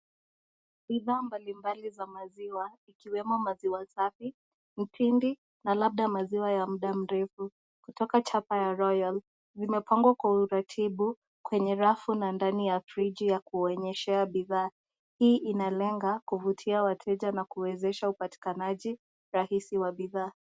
Bidhaa mbali mbali za maziwa